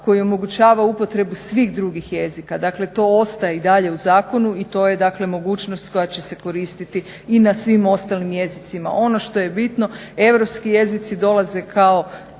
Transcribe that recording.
koji omogućava upotrebu svih drugih jezika, dakle to ostaje i dalje u zakonu i to je dakle mogućnost koja će se koristiti i na svim ostalim jezicima. Ono što je bitno, europski jezici dolaze isto